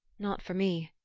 not for me.